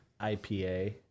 IPA